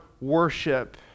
worship